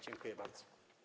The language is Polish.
Dziękuję bardzo.